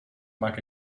maak